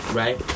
right